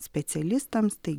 specialistams tai